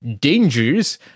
dangers